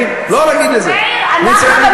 אני צריך, עם כל הכבוד